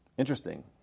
Interesting